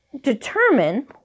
determine